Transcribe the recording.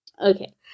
Okay